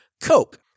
Coke